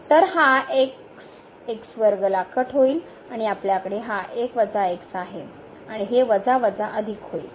तर हा x ला कट होईल आणि आपल्याकडे हा 1 x आहे आणि हे वजा वजा अधिक होईल